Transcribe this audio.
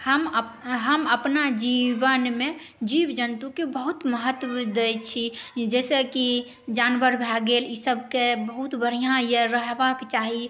हम अप हम अपना जीवनमे जीव जन्तुके बहुत महत्व दै छी जाहिसे कि जानवर भऽ गेल इसबके बहुत बढ़िऑं यऽ रहबाके चाही